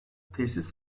tesis